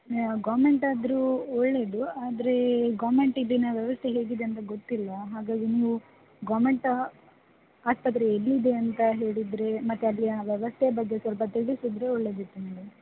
government ಆದರೂ ಒಳ್ಳೆಯದು ಆದರೆ ಗೌರ್ಮೆಂಟಿದ್ದಿನ ವ್ಯವಸ್ಥೆ ಹೇಗಿದೆ ಅಂತ ಗೊತ್ತಿಲ್ಲ ಹಾಗಾಗಿ ನೀವು ಗೌರ್ಮೆಂಟ್ ಆಸ್ಪತ್ರೆ ಎಲ್ಲಿದೆ ಅಂತ ಹೇಳಿದರೆ ಮತ್ತು ಅಲ್ಲಿಯ ವ್ಯವಸ್ಥೆ ಬಗ್ಗೆ ಸ್ವಲ್ಪ ತಿಳಿಸಿದರೆ ಒಳ್ಳೆಯದಿತ್ತು ಮೇಡಮ್